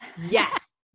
Yes